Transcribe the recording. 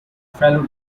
fellow